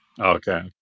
Okay